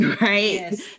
right